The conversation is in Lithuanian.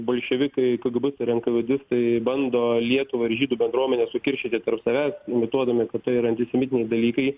bolševikai kėgėbistai ir enkavėdistai bando lietuvą ir žydų bendruomenę sukiršinti tarp savęs imituodami kad tai yra antisemitiniai dalykai